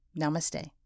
namaste